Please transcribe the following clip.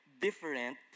different